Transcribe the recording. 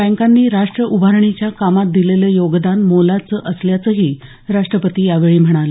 बँकांनी राष्ट उभारणीच्या कामात दिलेलं योगदान मोलाचं असल्याचंही राष्टपती यावेळी म्हणाले